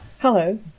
Hello